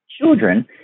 Children